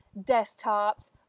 desktops